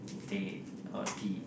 teh or tea